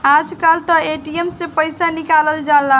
आजकल तअ ए.टी.एम से पइसा निकल जाला